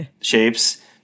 shapes